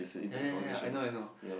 ya ya ya ya I know I know